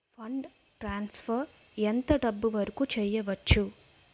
Fund transfer ఎంత డబ్బు వరుకు చేయవచ్చు?